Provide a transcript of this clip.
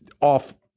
off